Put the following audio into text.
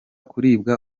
kuribwa